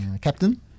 Captain